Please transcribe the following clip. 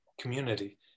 community